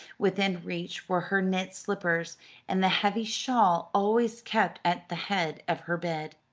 within reach were her knit slippers and the heavy shawl always kept at the head of her bed.